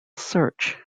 search